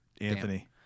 Anthony